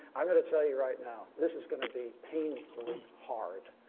i am going to tell you right now, this is going to be painfully hard.